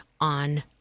on